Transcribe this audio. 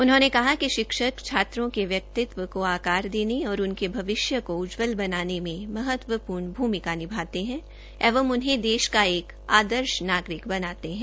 उन्होंने कहा कि शिक्षक छात्रों के व्यक्तितव को आकार देने और उनके भविष्य को उज्जवल बनाने में महत्वपूर्ण भूमिका निभाते है एवं उन्हें देश का एक आदर्श नागरिक बनाते है